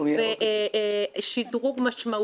זה שדרוג משמעותי,